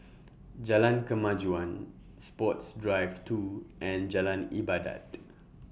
Jalan Kemajuan Sports Drive two and Jalan Ibadat